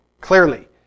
clearly